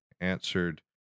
answered